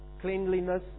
cleanliness